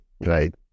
right